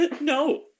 No